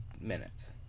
minutes